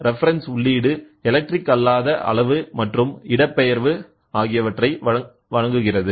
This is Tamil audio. ரெஃபரன்ஸ் உள்ளீடு எலக்ட்ரிக் அல்லாத அளவு மற்றும் இடப்பெயர்வு வழங்கப்படுகிறது